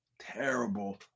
terrible